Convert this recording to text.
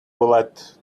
roulette